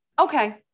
Okay